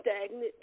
stagnant